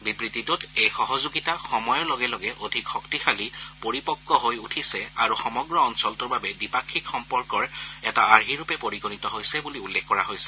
বিবৃতিটোত এই সহযোগিতা সময়ৰ লগে লগে অধিক শক্তিশালী পৰিপক্ব হৈ উঠিছে আৰু সমগ্ৰ অঞ্চলটোৰ বাবে দ্বিপাক্ষিক সম্পৰ্কৰ এটা আৰ্হিৰূপে পৰিগণিত হৈছে বুলি উল্লেখ কৰা হৈছে